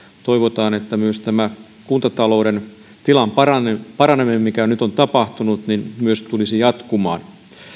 toivotaan että myös tämä kuntatalouden tilan paraneminen paraneminen mikä nyt on tapahtunut tulisi jatkumaan